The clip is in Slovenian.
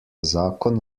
zakon